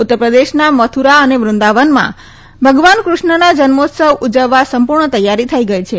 ઉત્તરપ્રદેશમાં મથુરા અને વૃંદાવનમાં ભગવાન કૃષ્ણના જન્મોત્સવ ઉજવવા સંપૂર્ણ તૈયારી થઈ ગઈ છે